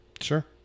Sure